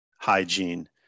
hygiene